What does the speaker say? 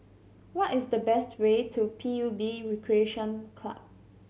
what is the easiest way to P U B Recreation Club